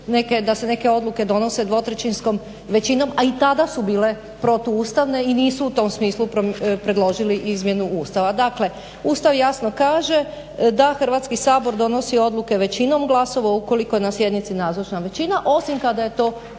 da se neke odluke donose dvotrećinskom većinom, a i tada su bile protuustavne i nisu u tom smislu predložili izmjenu Ustava. Dakle, Ustav jasno kaže da Hrvatski sabor donosi odluke većinom glasova ukoliko je na sjednici nazočna većina, osim kada je to